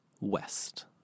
west